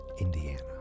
Indiana